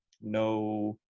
No